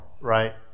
right